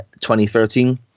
2013